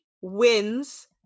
wins